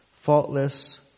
faultless